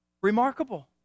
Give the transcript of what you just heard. remarkable